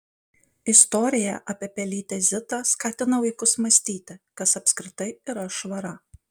istorija apie pelytę zitą skatina vaikus mąstyti kas apskritai yra švara